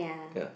yeah